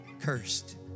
cursed